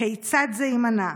כיצד זה יימנע?